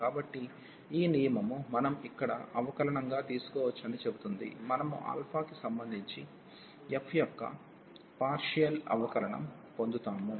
కాబట్టి ఈ నియమము మనం ఇక్కడ అవకలనం గా తీసుకోవచ్చని చెబుతుంది మనము కి సంబంధించి f యొక్క పార్షియల్ అవకలనం పొందుతాము